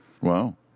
Wow